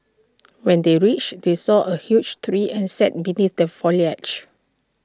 when they reached they saw A huge tree and sat beneath the foliage